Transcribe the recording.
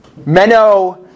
Menno